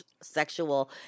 sexual